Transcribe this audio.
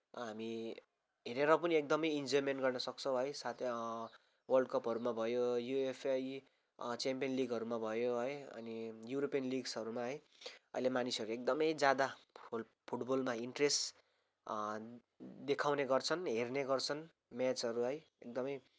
हामी हेरेर पनि एकदमै इन्जोयमेन्ट गर्नसक्छौँ है साथै वर्ल्डकपहरूमा भयो इयुइएफए यी च्याम्पियन लिगहरूमा भयो है अनि युरोपियन लिग्सहरूमा है अहिले मानिसहरूले एकदमै ज्यादा फु फुटबलमा इन्ट्रेस्ट देखाउने गर्छन् हेर्ने गर्छन् म्याचहरू है एकदमै